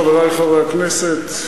חברי חברי הכנסת,